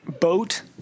boat